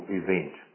event